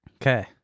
Okay